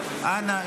אנא,